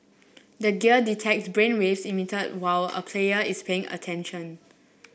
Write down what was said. the gear detects brainwaves emitted while a player is paying attention